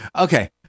Okay